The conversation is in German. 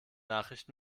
nachricht